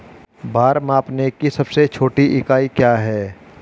भार मापने की सबसे छोटी इकाई क्या है?